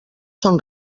són